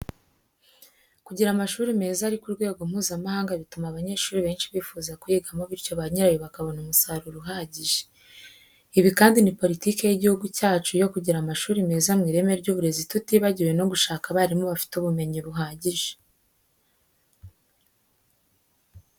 kugira amashuli meza ari ku rwego mpuza mahanga bitumama abanyeshuli benshi bifuza kuyigamo bityo ba nyirayo bakabona umusaruro uhagije. ibi kandi ni politike y'igihugu cyacu yo kugira amashuli meza mu ireme ry'uburezi tutibagiye no gushaka abalimu bafite ubumenyi buhagije.